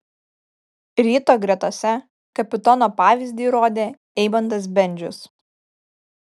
ryto gretose kapitono pavyzdį rodė eimantas bendžius